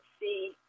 see